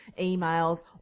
emails